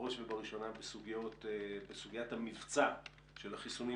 בראש ובראשונה בסוגיית המבצע של החיסונים,